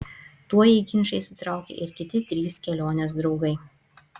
tuoj į ginčą įsitraukė ir kiti trys kelionės draugai